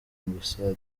ambasade